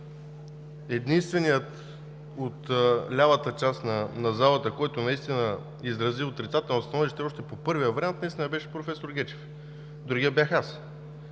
единственият от лявата част на залата, който наистина изрази отрицателно становище още по първия вариант, беше професор Гечев. Другият бях аз.